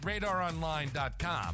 RadarOnline.com